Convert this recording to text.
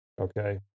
okay